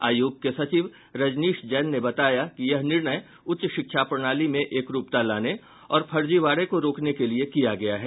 आयोग के सचिव रजनीश जैन ने बताया कि यह निर्णय उच्च शिक्षा प्रणाली में एकरूपता लाने और फर्जीवाड़े को रोकने के लिए किया गया है